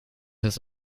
has